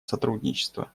сотрудничества